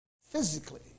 physically